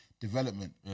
development